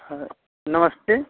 हाँ नमस्ते